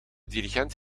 dirigent